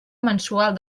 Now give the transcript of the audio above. mensual